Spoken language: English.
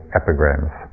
epigrams